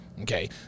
okay